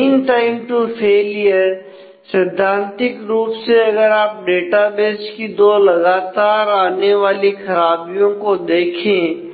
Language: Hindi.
मीन टाइम टू फेलियर सैद्धांतिक रूप से अगर आप डेटाबेस की दो लगातार आने वाली खराबीयो को देखें